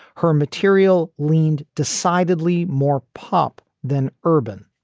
her material leaned decidedly more pop than urban.